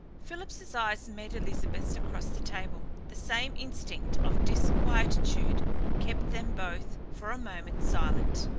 philip's eyes met elizabeth's across the table. the same instinct of disquietude kept them both, for a moment, silent.